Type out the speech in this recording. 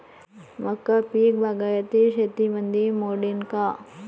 मका पीक बागायती शेतीमंदी मोडीन का?